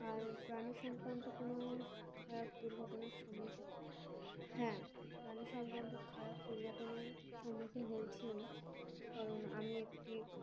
আর প্রাণী সংক্রান্ত কোনো খারাপ দুর্ঘটনার সম্মুখীন হ্যাঁ প্রাণী সংক্রান্ত খারাপ দুর্ঘটনার সম্মুখীন হয়েছি আমি কারণ আমি একটি